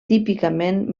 típicament